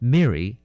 Mary